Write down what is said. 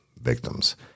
victims